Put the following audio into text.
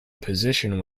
position